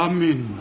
Amen